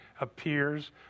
appears